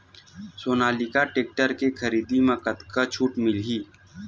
Sonalika tractor के खरीदी मा कतका छूट मीलही?